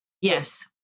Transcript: Yes